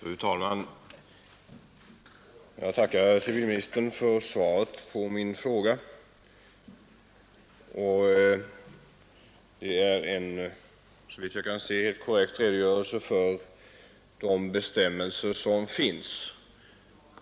Fru talman! Jag tackar civilministern för svaret på min fråga. Det ger såvitt jag kan se en korrekt bild av de bestämmelser som finns.